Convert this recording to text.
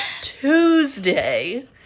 Tuesday